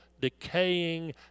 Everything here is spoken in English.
decaying